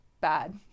bad